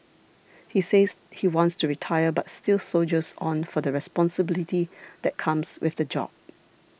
he says he wants to retire but still soldiers on for the responsibility that comes with the job